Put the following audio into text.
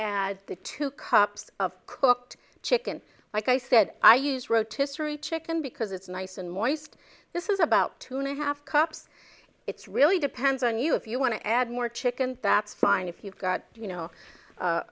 add the two cups of cooked chicken like i said i use wrote history chicken because it's nice and moist this is about two and a half cups it's really depends on you if you want to add more chicken that's fine if you've got you know